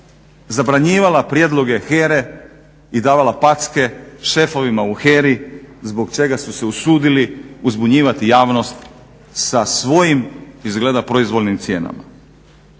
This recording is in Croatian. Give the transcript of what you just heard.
zabranjivala prijedloge HERA-e i davala packe šefovima u HERA-i zbog čega su se usudili uzbunjivati javnost sa svojim izgleda proizvoljnim cijenama.